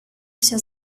все